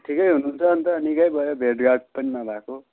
ठिकै हुनुहुन्छ अन्त निक्कै भयो भेटघाट पनि नभएको